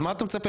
אז מה אתה מצפה,